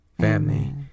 Family